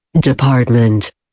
Department